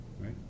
right